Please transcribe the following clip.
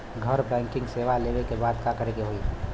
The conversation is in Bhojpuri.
घर बैकिंग सेवा लेवे बदे का करे के होई?